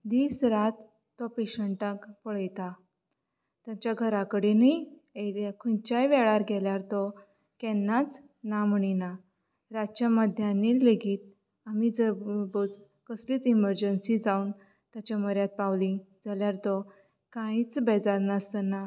दीस रात तो पेशंटाक पळयता तांच्या घरा कडेनूय खंयच्याय वेळार गेल्यार तो केन्नाच ना म्हणीना रातचे मध्यानीर लेगीत आमी जर कसलीच इमर्जंसी जावन ताचे म्हऱ्यांत पावली जाल्यार तो कांयच बेजारनासतना